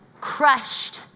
crushed